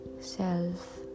self